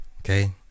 Okay